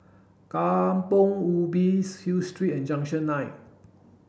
Kampong Hill Street and Junction nine